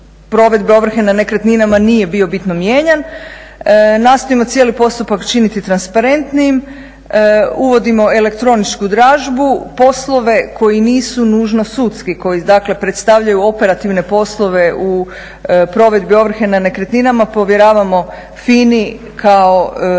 provedbe ovrhe na nekretninama nije bio bitno mijenjan. Nastojimo cijeli postupak činiti transparentnijim. Uvodimo elektroničku dražbu, poslove koji nisu nužno sudski, koji dakle predstavljaju operativne poslove u provedbi ovrhe na nekretninama povjeravamo FINA-i kao